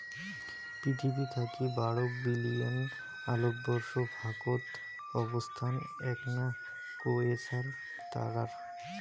পিথীবি থাকি বারো বিলিয়ন আলোকবর্ষ ফাকত অবস্থান এ্যাকনা কোয়েসার তারার